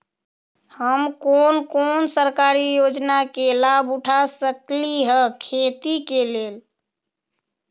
हम कोन कोन सरकारी योजना के लाभ उठा सकली ह खेती के लेल?